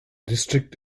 district